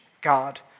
God